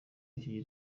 y’iki